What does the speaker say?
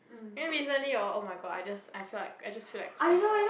then recently or oh-my-god I just I feel I just feel like cry